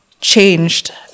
changed